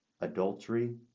adultery